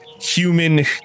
human